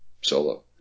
solo